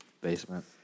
Basement